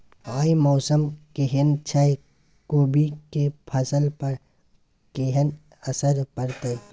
आय मौसम केहन छै कोबी के फसल पर केहन असर परतै?